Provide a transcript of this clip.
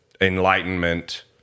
enlightenment